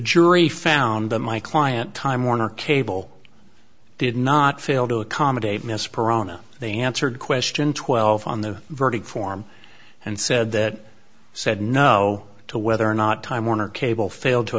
jury found that my client time warner cable did not fail to accommodate miss purana they answered question twelve on the verdict form and said that said no to whether or not time warner cable failed to